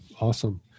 awesome